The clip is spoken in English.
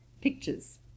pictures